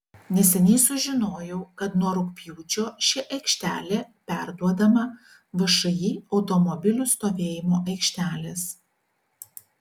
neseniai sužinojau kad nuo rugpjūčio ši aikštelė perduodama všį automobilių stovėjimo aikštelės